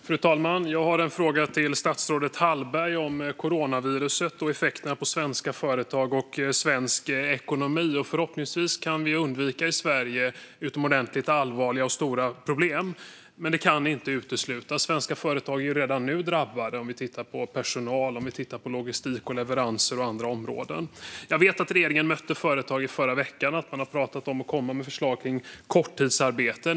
Fru talman! Jag har en fråga till statsrådet Hallberg om coronaviruset och effekterna på svenska företag och svensk ekonomi. Förhoppningsvis kan vi i Sverige undvika utomordentligt allvarliga och stora problem, men de kan inte uteslutas. Svenska företag är redan nu drabbade vad gäller personal, logistik, leveranser och andra områden. Jag vet att regeringen mötte företag förra veckan och har talat om förslag om korttidsarbete.